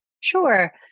Sure